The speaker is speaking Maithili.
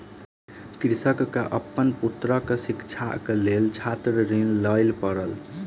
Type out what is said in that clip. कृषक के अपन पुत्रक शिक्षाक लेल छात्र ऋण लिअ पड़ल